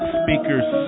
speakers